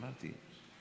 אמרתי.